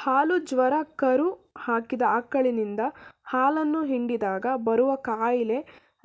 ಹಾಲು ಜ್ವರ ಕರು ಹಾಕಿದ ಆಕಳಿನಿಂದ ಹಾಲನ್ನು ಹಿಂಡಿದಾಗ ಬರುವ ಕಾಯಿಲೆ